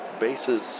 Bases